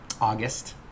August